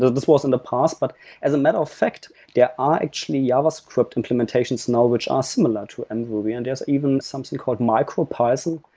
this was in the past. but as a matter of fact there are actually javascript implementations now which are similar to and mruby and there's even something called micropython,